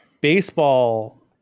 baseball